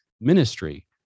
ministry